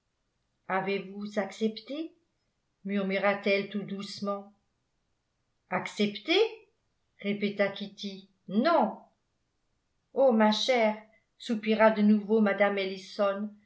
avez-vous accepté murmura-t-elle tout doucement accepté répéta kitty non oh ma chère soupira de nouveau mme ellison